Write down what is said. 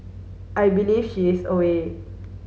I believe she is away